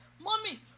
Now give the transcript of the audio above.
mommy